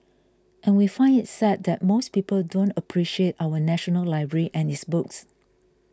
and we find it sad that most people don't appreciate our national library and its books